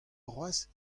cʼhoazh